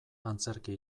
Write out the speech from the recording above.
antzerki